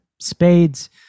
spades